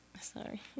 sorry